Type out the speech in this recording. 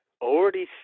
already